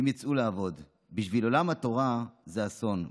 אם יצאו לעבוד, בשביל עולם התורה זה אסון.